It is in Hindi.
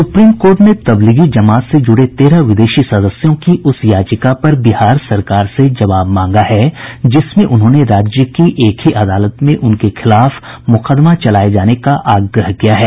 सुप्रीम कोर्ट ने तबलीगी जमात से जुड़े तेरह विदेशी सदस्यों की उस याचिका पर बिहार सरकार से जवाब मांगा है जिसमें उन्होंने राज्य की एक ही अदालत में उनके खिलाफ मुकदमा चलाये जाने का आग्रह किया है